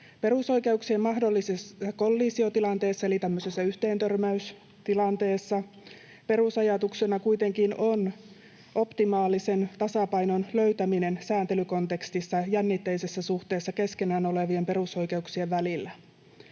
Perusoikeuksien mahdollisessa kollisiotilanteessa — eli tämmöisessä yhteentörmäystilanteessa — perusajatuksena kuitenkin on optimaalisen tasapainon löytäminen sääntelykontekstissa jännitteisessä suhteessa keskenään olevien perusoikeuksien välillä.